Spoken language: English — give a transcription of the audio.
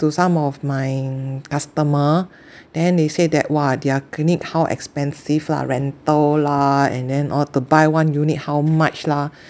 to some of my customer then they say that !wah! their clinic how expensive lah rental lah and then or to buy one unit how much lah